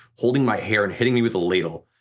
holding my hair and hitting me with a ladle.